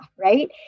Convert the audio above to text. right